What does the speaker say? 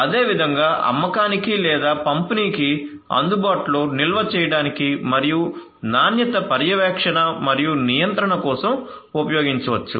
అదేవిధంగా అమ్మకానికి లేదా పంపిణీకి అందుబాటులో నిల్వ చేయడానికి మరియు నాణ్యత పర్యవేక్షణ మరియు నియంత్రణ కోసం ఉపయోగించవచ్చు